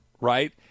right